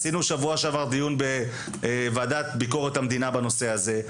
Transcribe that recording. עשינו בשבוע שעבר דיון בוועדת ביקורת המדינה בנושא הזה,